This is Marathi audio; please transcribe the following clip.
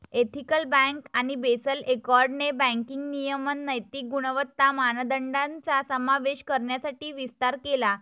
एथिकल बँक आणि बेसल एकॉर्डने बँकिंग नियमन नैतिक गुणवत्ता मानदंडांचा समावेश करण्यासाठी विस्तार केला